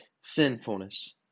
sinfulness